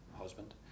husband